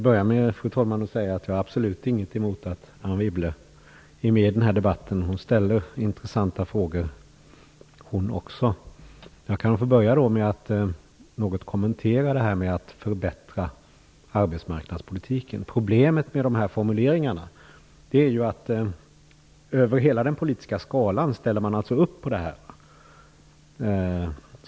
Fru talman! Jag har absolut inget emot att Anne Wibble är med i den här debatten. Också hon ställde intressanta frågor. Jag börjar med att något kommentera det här med en förbättrad arbetsmarknadspolitik. Problemet med formuleringarna är att man över hela den politiska skalan ställer upp här.